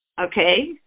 Okay